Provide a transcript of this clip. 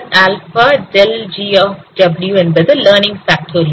ஆகவே என்பது lining bacterial